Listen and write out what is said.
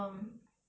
um